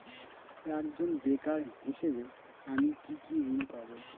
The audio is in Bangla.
একজন বেকার হিসেবে আমি কি কি ঋণ পাব?